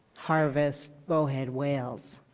harvest bowhead whales.